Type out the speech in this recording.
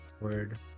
word